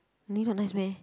really not nice mah